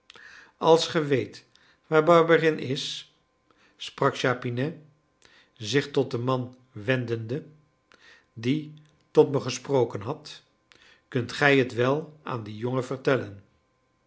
als ge weet waar barberin is sprak chapinet zich tot den man wendende die tot me gesproken had kunt gij het wel aan dien jongen vertellen